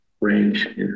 range